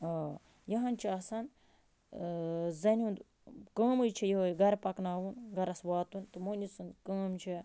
یہِ ہَن چھِ آسان زَنٛنہِ ہُنٛد کٲمٕے چھِ یِہٕے گَرٕ پَکناوُن گَرَس واتُن تہٕ مٔہٕنِوِ سُنٛد کٲم چھےٚ